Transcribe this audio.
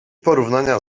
porównania